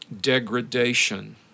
degradation